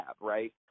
right